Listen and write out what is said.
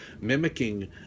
mimicking